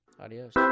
Adios